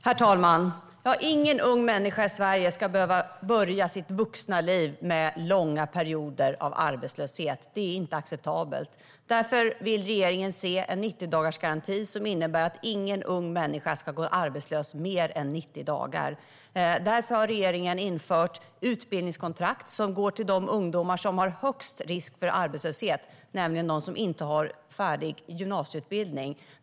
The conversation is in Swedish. Herr talman! Ingen ung människa i Sverige ska behöva börja sitt vuxna liv med långa perioder av arbetslöshet. Det är inte acceptabelt. Därför vill regeringen se en 90-dagarsgaranti som innebär att ingen ung människa ska gå arbetslös mer än 90 dagar. Därför har regeringen infört utbildningskontrakt som går till de ungdomar som har högst risk för arbetslöshet, nämligen de som inte har fullständig gymnasieutbildning.